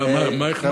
מה, מה החמצתי?